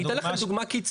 אני אתן לך דוגמה קיצונית.